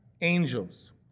angels